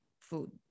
food